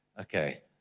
okay